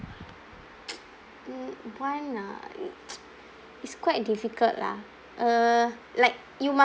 mm one ah it's quite difficult lah uh like you must